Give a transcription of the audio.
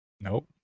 nope